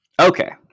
Okay